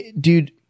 Dude